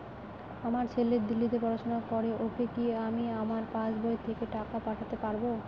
আমার ছেলে দিল্লীতে পড়াশোনা করে ওকে কি আমি আমার পাসবই থেকে টাকা পাঠাতে পারব?